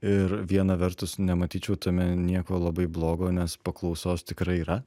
ir viena vertus nematyčiau tame nieko labai blogo nes paklausos tikrai yra